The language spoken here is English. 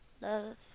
Love